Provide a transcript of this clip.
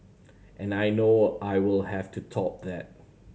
and I know I will have to top that